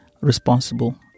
responsible